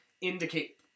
indicate-